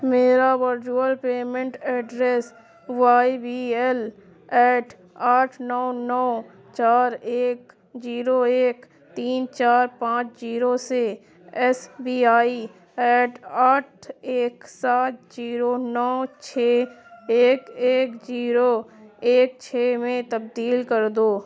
میرا virtual payment address Y B L at آٹھ نو نو چار ایک جیرو ایک تین چار پانچ جیرو سے ایس بی آئی ایٹ آٹھ ایک سات جیرو نو چھ ایک ایک جیرو ایک چھ میں تبدیل کر دو